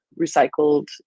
recycled